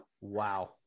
Wow